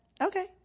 Okay